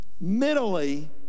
mentally